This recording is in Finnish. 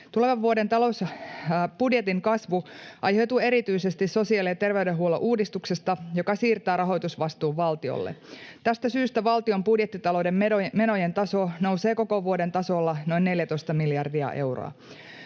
Tulevan vuoden budjetin kasvu aiheutuu erityisesti sosiaali- ja terveydenhuollon uudistuksesta, joka siirtää rahoitusvastuun valtiolle. Tästä syystä valtion budjettitalouden menojen taso nousee koko vuoden tasolla noin 14 miljardia euroa.